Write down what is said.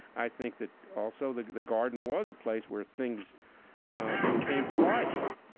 i think that, also, that the garden was a place where things ah came to life,